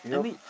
I mean